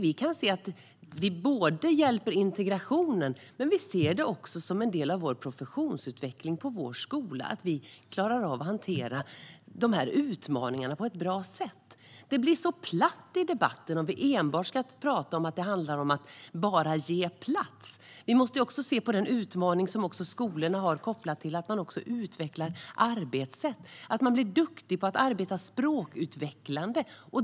Vi kan se att vi hjälper integrationen, men vi ser det också som en del av professionsutvecklingen på vår skola att vi klarar av att hantera dessa utmaningar på ett bra sätt. Det blir så platt i debatten om det enbart ska handla om att ge plats. Vi måste ju också se den utmaning skolorna har, kopplat till att de utvecklar arbetssätt - att de blir duktiga på att arbeta språkutvecklande.